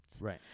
Right